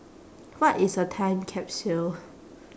what is a time capsule